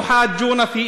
מדוע תתפלמסו על אודות